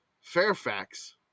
fairfax